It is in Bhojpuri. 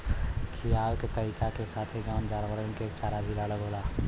खिआवे के तरीका के साथे हर जानवरन के चारा भी अलग होला